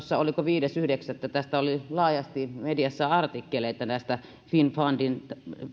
oliko viides yhdeksättä tästä oli laajasti mediassa artikkeleita finnfundin